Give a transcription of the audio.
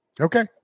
Okay